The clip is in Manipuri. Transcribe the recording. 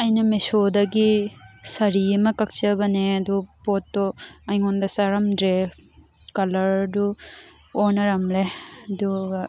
ꯑꯩꯅ ꯃꯦꯁꯣꯗꯒꯤ ꯁꯥꯔꯤ ꯑꯃ ꯀꯛꯆꯕꯅꯦ ꯑꯗꯣ ꯄꯣꯠꯇꯣ ꯑꯩꯉꯣꯟꯗ ꯆꯥꯔꯝꯗ꯭ꯔꯦ ꯀꯂꯔꯗꯨ ꯑꯣꯟꯅꯔꯝꯂꯦ ꯑꯗꯨꯒ